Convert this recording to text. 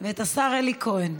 ואת השר אלי כהן.